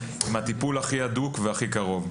עם הטיפול הכי הדוק והכי קרוב.